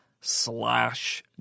slash